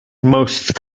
most